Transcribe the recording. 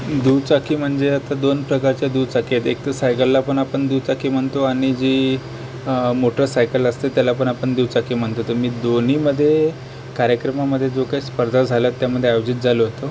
दुचाकी म्हणजे आता दोन प्रकारच्या दुचाकी आहेत एक तर सायकलला पण आपण दुचाकी म्हणतो आणि जी मोटरसायकल असते त्यालापण आपण दुचाकी म्हणतो तर मी दोन्हीमध्ये कार्यक्रमामध्ये जो काही स्पर्धा झाल्यात त्यामध्ये आयोजित झालो होतो